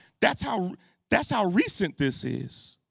that's how that's how recent this is.